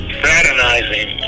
fraternizing